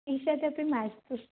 ईषदपि मास्तु